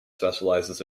specializes